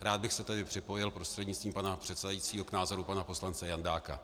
Rád bych se tedy připojil prostřednictvím pana předsedajícího k názoru pana poslance Jandáka.